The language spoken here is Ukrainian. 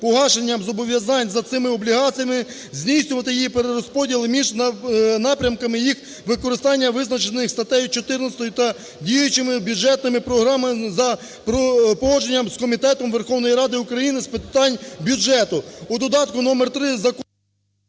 погашенням зобов'язань за цими облігаціями, здійснювати її перерозподіл між напрямками їх використання, визначених статтею 14 та діючими бюджетними програмами за погодженням з Комітетом Верховної Ради України з питань бюджету".